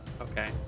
Okay